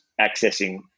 accessing